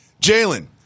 Jalen